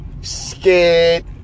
Scared